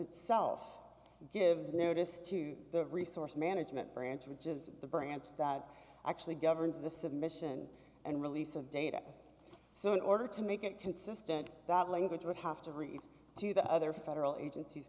itself gives notice to the resource management branch which is the branstad actually governs the submission and release of data so in order to make it consistent that language would have to reach to the other federal agencies